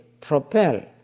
propel